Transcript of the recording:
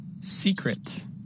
Secret